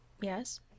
Yes